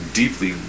deeply